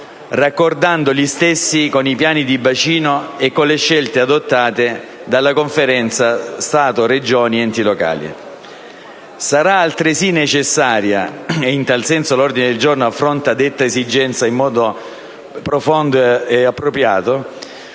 raccordando gli stessi con i piani di bacino e con le scelte adottate dalla Conferenza Stato-Regioni-enti locali. Sarà altresì necessaria - l'ordine del giorno affronta detta esigenza in modo profondo e appropriato